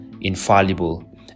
infallible